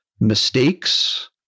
mistakes